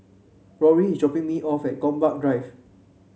Rory is dropping me off at Gombak Drive